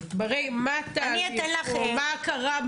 מה התהליך או מה קרה?